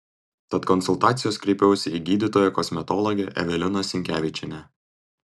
tad konsultacijos kreipiausi į gydytoją kosmetologę eveliną sinkevičienę